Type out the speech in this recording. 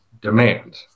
demand